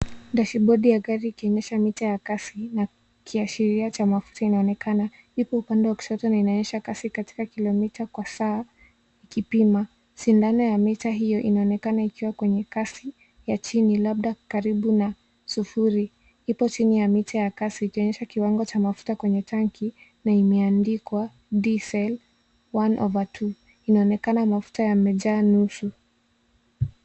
Dashibodi ya gari ikionyesha mita ya kasi na kiashiria cha mafuta inaonekana ipo upande wa kushoto na inaonyesha kasi katika kilomita kwa saa ikipima sindano ya mita hiyo inaonekana ikiwa kwenye kasi ya chini labda karibu na sufuri. Ipo chini ya mita ya kasi ikionyesha kiwango cha mafuta kwenye tanki na imeandikwa diesel 1/2 inaonekana mafuta yamejaa nusu.